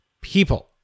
people